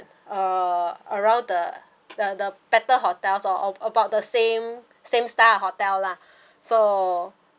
uh around the the the better hotels or or about the same same star hotel lah so